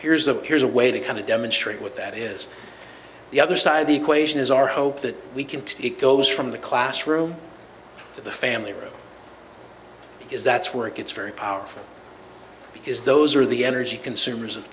here's a here's a way to kind of demonstrate what that is the other side of the equation is our hope that we can teach it goes from the classroom to the family room because that's where it gets very powerful because those are the energy consumers of